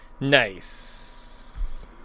Nice